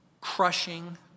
crushing